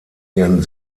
ihren